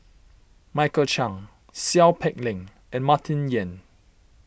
Michael Chiang Seow Peck Leng and Martin Yan